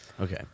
Okay